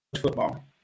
football